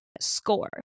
score